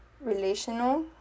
relational